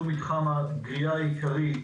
שהוא מתחם הגריעה העיקרי,